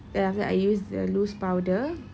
then after that I use the loose powder